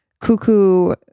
cuckoo